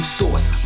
source